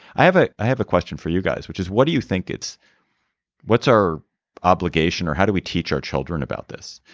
i have a i have a question for you guys. which is what do you think it's what's our obligation or how do we teach our children about this.